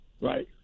Right